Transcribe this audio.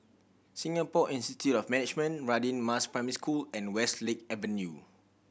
Singapore Institute of Management Radin Mas Primary School and Westlake Avenue